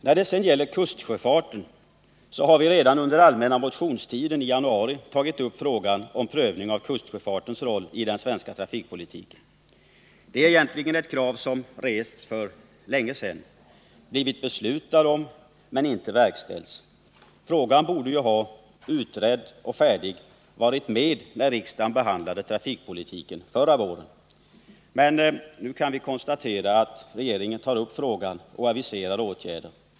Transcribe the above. När det gäller kustsjöfarten har vi redan under den allmänna motionstiden i januari tagit upp frågan om prövning av kustsjöfartens roll i den svenska trafikpolitiken. Det är egentligen ett krav som rests för länge sedan. Det har också fattats ett beslut, men detta har inte verkställts. Frågan borde ju, utredd och färdig, har varit med när riksdagen behandlade trafikpolitiken förra våren. Men nu kan vi konstatera att regeringen tar upp frågan och aviserar åtgärder.